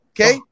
Okay